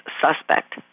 suspect